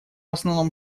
основном